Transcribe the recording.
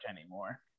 anymore